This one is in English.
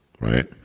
right